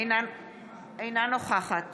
אינה נוכחת